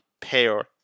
pair